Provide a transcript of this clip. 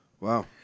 Wow